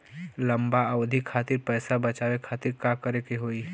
लंबा अवधि खातिर पैसा बचावे खातिर का करे के होयी?